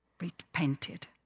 repented